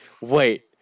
wait